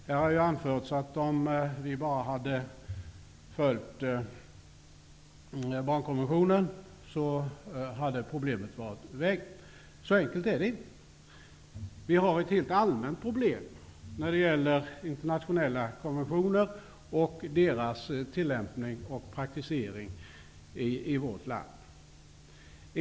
Det har ju anförts att om vi bara hade följt barnkonventionen, hade problemet varit ur världen. Så enkelt är det inte. Det finns ett rent allmänt problem när det gäller internationella konventioner och deras tillämpning och praktisering i vårt land.